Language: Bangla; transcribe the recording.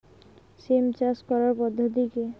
সিম চাষ করার পদ্ধতি কী?